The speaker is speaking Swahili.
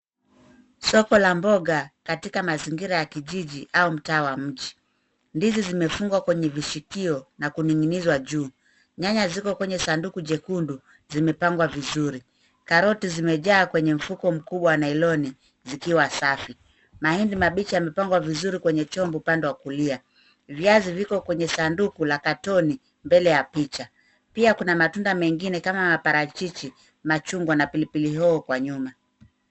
Soko la mboga katika mazingira ya kijiji au mtaa wa mji. Ndizi zimefungwa kwenye vishikio na kuning'inizwa juu. Nyanya ziko kwenye sanduku jekundu zimepangwa vizuri. Karoti zimejaa kwenye mfuko mkubwa wa nailon zikiwa safi. Mahindi mabichi yamepangwa vizuri kwenye chombo upande wa kulia. Viazi viko kwenye sanduku la katoni mbele ya picha. Pia kuna matunda mengine kama parachichi, machungwa na pilipili hoho kwa nyuma.